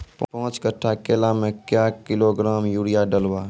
पाँच कट्ठा केला मे क्या किलोग्राम यूरिया डलवा?